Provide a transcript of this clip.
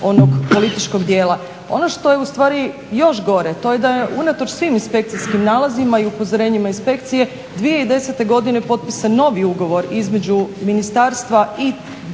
onog političkog dijela. Ono što je u stvari još gore, to je da je unatoč svim inspekcijskim nalazima i upozorenjima inspekcije 2010. godine potpisan novi ugovor između ministarstva i